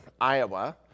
Iowa